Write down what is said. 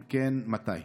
אם כן, מתי?